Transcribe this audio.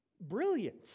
brilliant